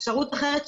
אפשרות אחרת,